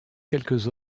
quelques